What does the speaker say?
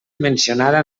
mencionada